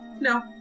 No